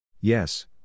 Yes